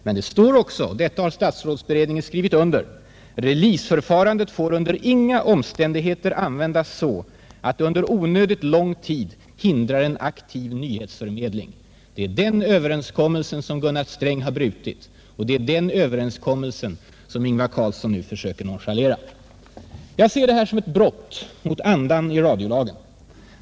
Men det står också, och detta har statsrådsberedningen skrivit under: ”Releaseförfarandet får under inga omständigheter användas så, att det under onödigt lång tid hindrar en aktiv nyhetsförmedling.” Det är den överenskommelsen som Gunnar Sträng har brutit. Det är den uppgörelsen som Ingvar Carlsson nu försöker nonchalera. Jag ser alltså detta som ett brott mot andan i radiolagen.